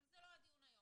אבל זה לא הדיון היום.